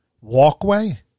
walkway